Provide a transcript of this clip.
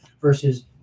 versus